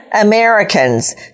Americans